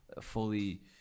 fully